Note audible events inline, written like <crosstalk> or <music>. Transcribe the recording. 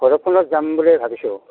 <unintelligible> যাম বুলি ভাবিছোঁ